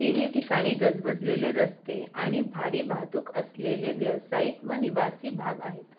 तिन्ही ठिकाणी गजबजलेले रस्ते आणि भारी वाहतूक असलेले व्यावसायिक व निवासी भाग आहेत